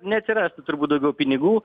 neatsirastų turbūt daugiau pinigų